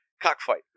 cockfight